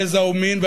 גזע ומין,